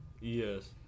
Yes